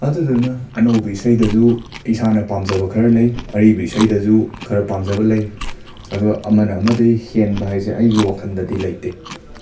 ꯑꯗꯨꯗꯨꯅ ꯑꯅꯧꯕ ꯏꯁꯩꯗꯖꯨ ꯏꯁꯥꯅ ꯄꯥꯝꯖꯕ ꯈꯔ ꯂꯩ ꯑꯔꯤꯕ ꯏꯁꯩꯗꯖꯨ ꯈꯔ ꯄꯥꯝꯖꯕ ꯂꯩ ꯑꯗꯣ ꯑꯃꯅ ꯑꯃꯗꯩ ꯍꯦꯟꯕ ꯍꯥꯏꯖꯦ ꯑꯩꯒꯤ ꯋꯥꯈꯟꯗꯗꯤ ꯂꯩꯇꯦ